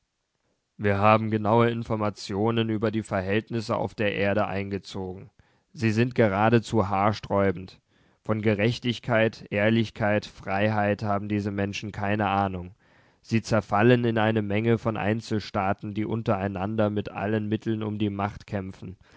wir haben genaue informationen über die verhältnisse auf der erde eingezogen sie sind geradezu haarsträubend von gerechtigkeit ehrlichkeit freiheit haben diese menschen keine ahnung sie zerfallen in eine menge von einzelstaaten die untereinander mit allen mitteln um die macht kämpfen